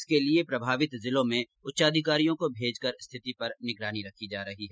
इसके लिये प्रभावित जिलों में उच्चाधिकारियों को भेजकर स्थिति पर निगरानी रखी जा रही हैं